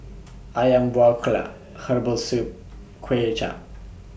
Ayam Buah Keluak Herbal Soup Kuay Chap